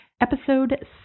episode